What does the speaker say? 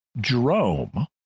Jerome